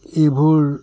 এইবোৰ